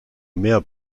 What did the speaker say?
mehr